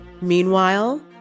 Meanwhile